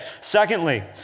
Secondly